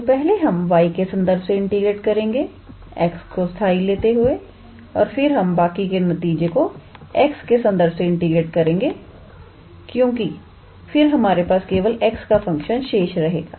तो पहले हम y के संदर्भ से इंटीग्रेट करेंगे x को स्थाई लेते हुए और फिर हम बाकी के नतीजे को x के संदर्भ से इंटीग्रेट करेंगे क्योंकि फिर हमारे पास केवल x का फंक्शन शेष रहेगा